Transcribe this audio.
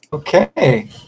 Okay